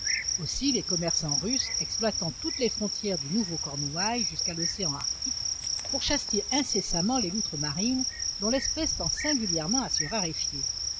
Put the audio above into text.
aussi les commerçants russes exploitant toutes les frontières du nouveau cornouailles jusqu'à l'océan arctique pourchassent ils incessamment les loutres marines dont l'espèce tend singulièrement à se raréfier